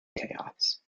chaos